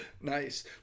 Nice